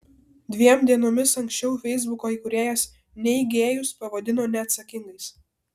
dviem dienomis anksčiau feisbuko įkūrėjas neigėjus pavadino neatsakingais